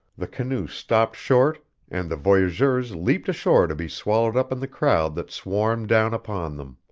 the canoe stopped short and the voyageurs leaped ashore to be swallowed up in the crowd that swarmed down upon them.